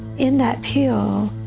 in that pill,